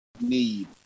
need